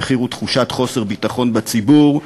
המחיר הוא תחושת חוסר ביטחון בציבור,